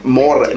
more